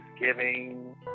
Thanksgiving